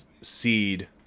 seed